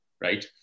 right